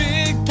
Big